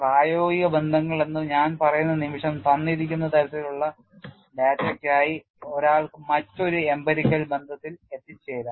പ്രായോഗിക ബന്ധങ്ങൾ എന്ന് ഞാൻ പറയുന്ന നിമിഷം തന്നിരിക്കുന്ന തരത്തിലുള്ള ഡാറ്റയ്ക്കായി ഒരാൾക്ക് മറ്റൊരു emperical ബന്ധത്തിൽ എത്തിച്ചേരാം